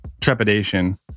trepidation